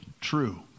true